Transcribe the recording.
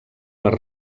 les